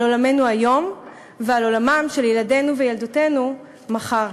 עולמנו היום ועל העולם של ילדינו וילדותינו מחר.